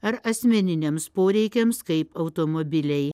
ar asmeniniams poreikiams kaip automobiliai